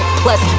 plus